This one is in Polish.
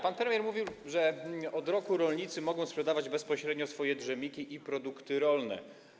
Pan premier mówił, że od roku rolnicy mogą sprzedawać bezpośrednio swoje dżemiki i produkty rolne.